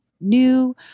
new